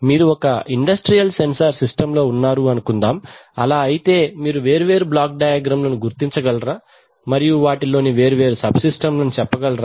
మీరు ఒక industrial sensor సిస్టంలో ఉన్నారు అనుకుందాం అలా అయితే మీరు వేరు వేరు బ్లాక్ డయాగ్రమ్ లను గుర్తించగలరా మరియు వాటిలోని వేరు వేరు సబ్ సిస్టం లను చెప్పగలరా